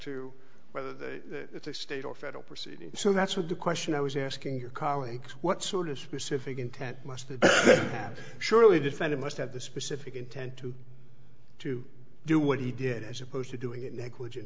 to whether the state or federal proceeding so that's what the question i was asking your colleagues what sort of specific intent must surely defend it must have the specific intent to to do what he did as opposed to doing it negligent